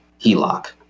HELOC